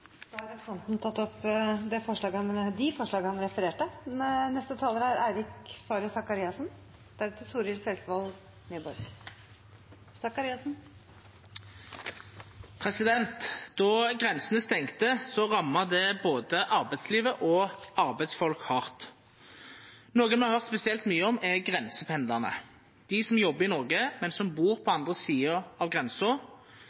han refererte til. Då grensene stengde, ramma det både arbeidslivet og arbeidsfolk hardt. Noko me har høyrt spesielt mykje om, er grensependlarane, dei som jobbar i Noreg, men som bur på